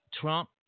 Trump